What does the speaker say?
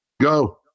Go